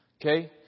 Okay